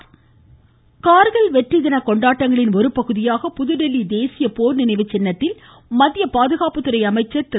கார்கில் கார்கில் வெற்றி தின கொண்டாட்டங்களின் ஒரு பகுதியாக புதுதில்லி தேசிய போர் நினைவுச்சின்னத்தில் மத்திய பாதுகாப்புத்துறை அமைச்சர் திரு